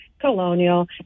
colonial